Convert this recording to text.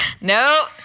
nope